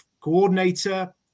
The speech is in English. coordinator